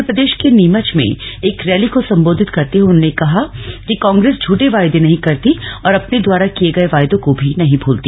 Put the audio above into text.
मध्य प्रदेश के नीमच में एक रैली को संबोधित करते हुए उन्होंने कहा कि कांग्रेस झूठे वायदे नहीं करती और अपने द्वारा किए गए वायदों को भी नहीं भूलती